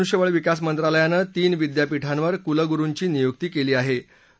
केंद्रीय मनुष्यबळ विकास मंत्रालयानं तीन विद्यापीठांवर कुलगुरुंची नियुक्ती केली आहे